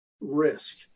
risk